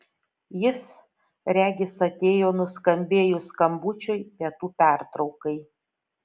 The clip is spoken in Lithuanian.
jis regis atėjo nuskambėjus skambučiui pietų pertraukai